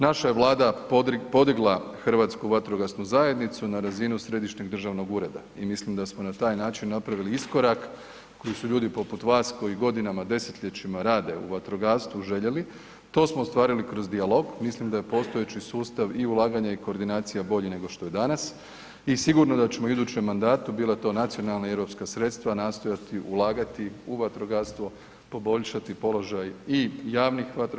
Naša je Vlada podigla HVZ na razinu središnjeg državnog ureda i mislim da smo na taj način napravili iskorak koji su ljudi poput vas koji godinama, desetljećima rade u vatrogastvu, željeli, to smo ostvarili kroz dijalog, mislim da je postojeći sustav i ulaganja i koordinacija bolji nego što je danas i sigurno da ćemo i u idućem mandatu, bila to nacionalna ili europska sredstva nastojati ulagati u vatrogastvo, poboljšati položaj i JVP-a i DVD-a.